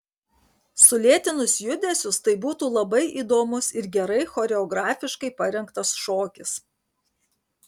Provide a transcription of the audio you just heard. sulėtinus judesius tai būtų labai įdomus ir gerai choreografiškai parengtas šokis